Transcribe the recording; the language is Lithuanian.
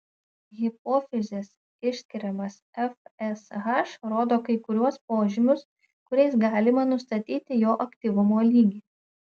hipofizės išskiriamas fsh rodo kai kuriuos požymius kuriais galima nustatyti jo aktyvumo lygį